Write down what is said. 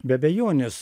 be abejonės